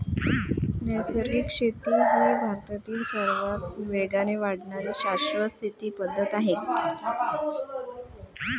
नैसर्गिक शेती ही भारतातील सर्वात वेगाने वाढणारी शाश्वत शेती पद्धत आहे